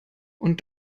und